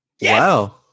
Wow